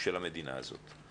של המדינה הזאת.